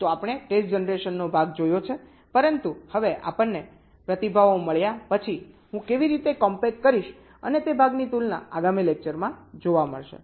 તો આપણે ટેસ્ટ જનરેશનનો ભાગ જોયો છે પરંતુ હવે આપણને પ્રતિભાવો મળ્યા પછી હું કેવી રીતે કોમ્પેક્ટ કરીશ અને તે ભાગની તુલના આગામી લેકચરમાં જોવા મળશે